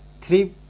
three